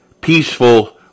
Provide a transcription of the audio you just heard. peaceful